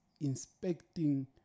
inspecting